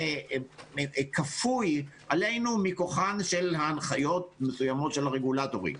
שכפוי עלינו מכוחן של הנחיות מסוימות של הרגולטורים.